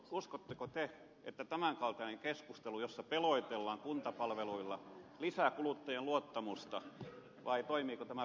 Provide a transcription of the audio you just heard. uskotteko te että tämänkaltainen keskustelu jossa pelotellaan kuntapalveluilla lisää kulutta jien luottamusta vai toimiiko tämä päinvastoin